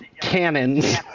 Cannons